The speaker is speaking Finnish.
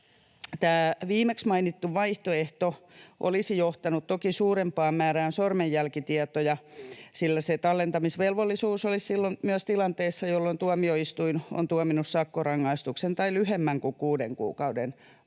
Viimeksi mainittu vaihtoehto olisi johtanut toki suurempaan määrään sormenjälkitietoja, sillä tallentamisvelvollisuus olisi silloin myös tilanteissa, jolloin tuomioistuin on tuominnut sakkorangaistukseen tai lyhemmän kuin kuuden kuukauden